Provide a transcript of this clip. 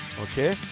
okay